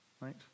right